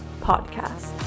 podcast